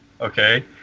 okay